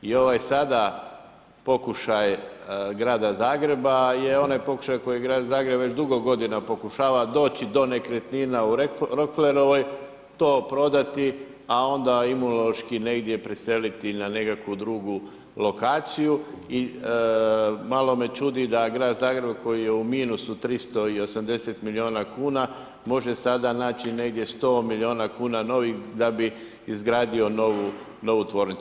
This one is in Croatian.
I ovaj sada pokušaj grada Zagreba je onaj pokušaj koji grad Zagreb već dugo godina pokušava doći do nekretnina u Rockfellerovoj, to prodati, a onda Imunološki negdje preseliti na nekakvu drugu lokaciju i malo me čudi da grad Zagreb koji je u minusu 380 milijuna kuna može sada naći negdje 100 milijuna kuna novih da bi izgradio novu tvornicu.